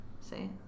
See